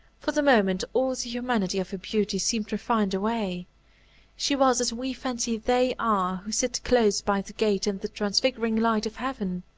for the moment, all the humanity of her beauty seemed refined away she was as we fancy they are who sit close by the gate in the transfiguring light of heaven.